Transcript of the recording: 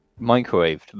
Microwaved